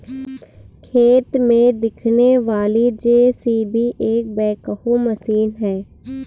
खेत में दिखने वाली जे.सी.बी एक बैकहो मशीन है